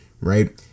right